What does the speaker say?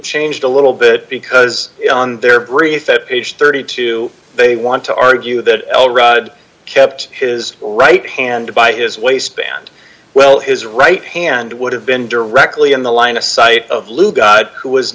changed a little bit because on their brief page thirty two they want to argue that al rudd kept his right hand by his waistband well his right hand would have been directly in the line of sight of lew god who was